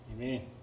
Amen